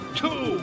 two